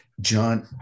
John